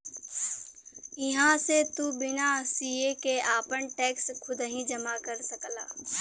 इहां से तू बिना सीए के आपन टैक्स खुदही जमा कर सकला